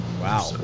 Wow